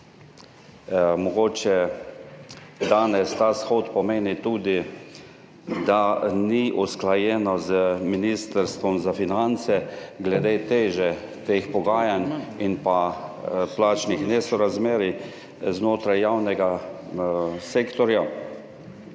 mogoče danes ta shod pomeni tudi, da ni usklajeno z Ministrstvom za finance glede teže teh pogajanj in pa plačnih nesorazmerij znotraj javnega sektorja.